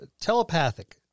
telepathic